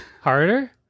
Harder